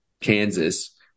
Kansas